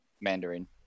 Mandarin